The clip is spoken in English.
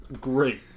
Great